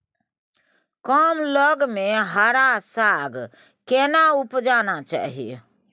कम लग में हरा साग केना उपजाना चाही?